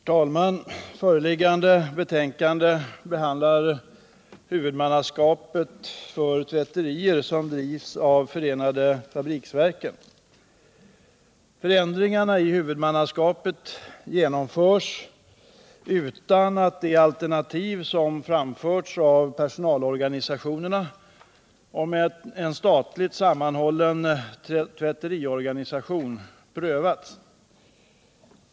Herr talman! Föreliggande betänkande behandlar huvudmannaskapet för tvätterier som drivs av förenade fabriksverken. Förändringarna i huvudmannaskapet genomförs utan att det alternativ som framförts i personalorganisationernas förslag om en statligt sammanhållen tvätteriorganisation prövats.